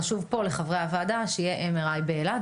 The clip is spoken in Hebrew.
חשוב פה לחברי הוועדה שיהיה MRI באילת.